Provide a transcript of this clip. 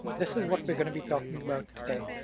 this is what we are going to be talking about today.